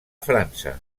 frança